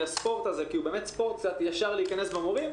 מהספורט הזה של ישר להיכנס במורים.